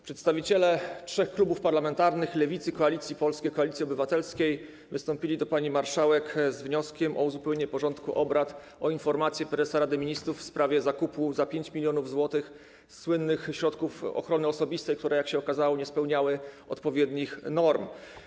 Przedstawiciele trzech klubów parlamentarnych: Lewicy, Koalicji Polskiej i Koalicji Obywatelskiej wystąpili do pani marszałek z wnioskiem o uzupełnienie porządku obrad o informację prezesa Rady Ministrów w sprawie zakupu za 5 mln zł słynnych środków ochrony osobistej, które jak się okazało, nie spełniały odpowiednich norm.